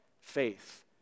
faith